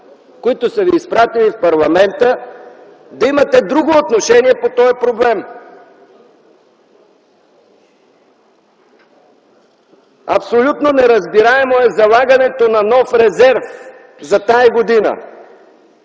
които са Ви изпратили в парламента да имате друго отношение по този проблем! Абсолютно неразбираемо е залагането на нов резерв за тази година!